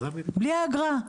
בלי האגרה,